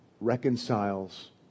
reconciles